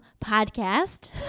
Podcast